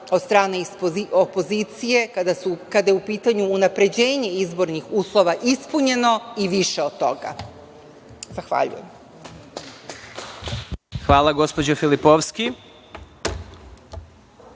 od strane opozicije kada je u pitanju unapređenje izbornih uslova, ispunjeno i više od toga. Zahvaljujem. **Vladimir Marinković**